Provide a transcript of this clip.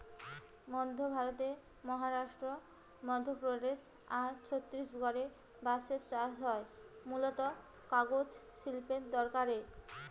মধ্য ভারতের মহারাষ্ট্র, মধ্যপ্রদেশ আর ছত্তিশগড়ে বাঁশের চাষ হয় মূলতঃ কাগজ শিল্পের দরকারে